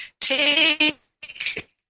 take